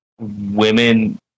women